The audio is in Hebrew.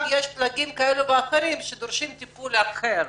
גם פלגים כאלה או אחרים שדורשים טיפול אחר,